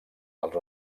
dels